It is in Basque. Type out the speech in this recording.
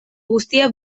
guztia